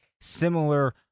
similar